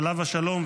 עליו השלום,